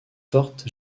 forte